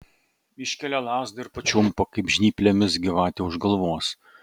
iškelia lazdą ir pačiumpa kaip žnyplėmis gyvatę už galvos